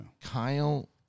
Kyle